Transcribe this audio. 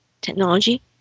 technology